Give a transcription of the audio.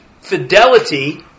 fidelity